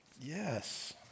Yes